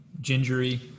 gingery